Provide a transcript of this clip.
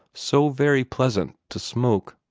so very pleasant to smoke.